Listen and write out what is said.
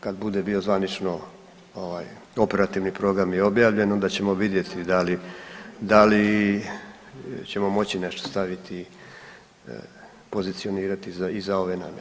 Kad bude bio zvanično ovaj, operativni program je objavljen, onda ćemo vidjeti da li ćemo moći nešto staviti pozicionirati i za ove namjere.